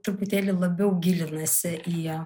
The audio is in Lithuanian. truputėlį labiau gilinasi į